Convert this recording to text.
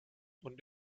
und